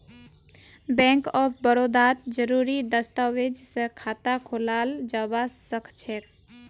bank of बड़ौदात जरुरी दस्तावेज स खाता खोलाल जबा सखछेक